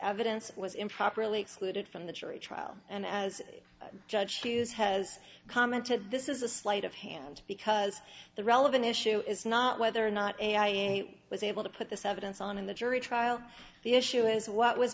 evidence was improperly excluded from the jury trial and as judge hughes has commented this is a sleight of hand because the relevant issue is not whether or not i was able to put this evidence on in the jury trial the issue is what was